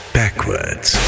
backwards